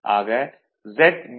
ஆக ZB2 V2I2